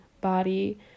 body